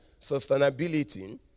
sustainability